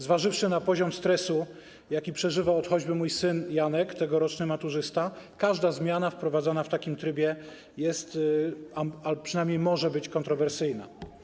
Zważywszy na poziom stresu, jaki przeżywał ot, choćby mój syn Janek, tegoroczny maturzysta, każda zmiana wprowadzona w takim trybie jest, a przynajmniej może być kontrowersyjna.